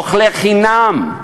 אוכלי חינם.